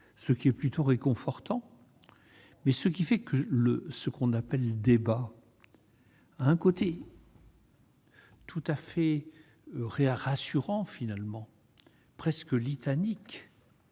ce qui est plutôt réconfortant mais ce qui fait que le ce qu'on appelle débat un côté. Tout à fait Herea rassurant finalement presque litanie